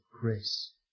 grace